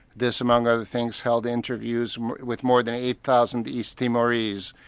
this among other things, held interviews with more than eight thousand east timorese,